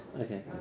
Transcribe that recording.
Okay